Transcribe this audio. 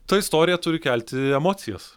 ta istorija turi kelti emocijas